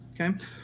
Okay